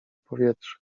powietrze